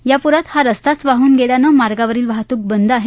यापूरात हा रस्ताच वाहून गेल्यानं या मार्गावरील वाहतूक बंद आहे